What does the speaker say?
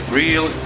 real